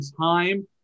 time